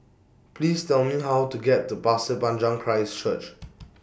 Please Tell Me How to get to Pasir Panjang Christ Church